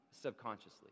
subconsciously